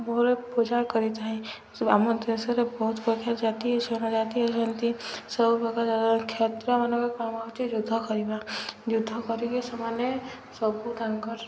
ମୋର ପୂଜା କରିଥାଏ ଆମ ଦେଶରେ ବହୁତ ପ୍ରକାର ଜାତୀୟ ଜାତି ସେ ଅଛନ୍ତି ସବୁ ପ୍ରକାର କ୍ଷତ୍ରିୟମାନଙ୍କ କାମ ହେଉଛି ଯୁଦ୍ଧ କରିବା ଯୁଦ୍ଧ କରିକି ସେମାନେ ସବୁ ତାଙ୍କର